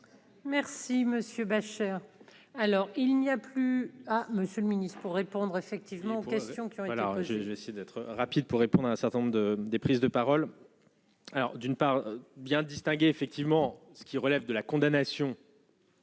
Merci Monsieur Beuchere alors il n'y a plus à Monsieur le Ministre, pour répondre effet. Question oui, voilà, je vais essayer d'être rapide pour répondre à un certain nombre de des prises de parole alors d'une part bien distinguer effectivement ce qui relève de la condamnation.